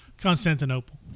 Constantinople